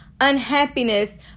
unhappiness